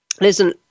Listen